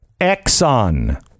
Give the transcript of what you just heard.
Exxon